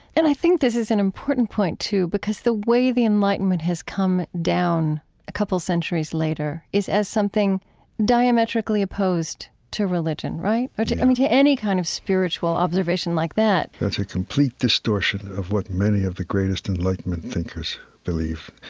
and i think this is an important point, too, because the way the enlightenment has come down a couple centuries later is as something diametrically opposed to religion, right? but yeah i mean, to any any kind of spiritual observation like that that's a complete distortion of what many of the greatest enlightenment thinkers believe,